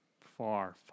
far